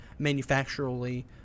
manufacturally